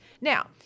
Now